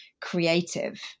creative